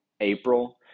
April